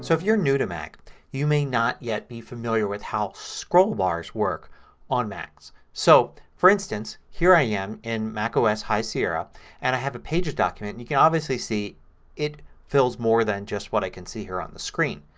so if you're new to mac you may not yet be familiar with how scroll bars work on macs. so for instance, here i am in mac ah os high sierra and i have a pages document. and you can obviously see it fills more than just what i can just see here on the screen.